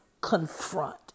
confront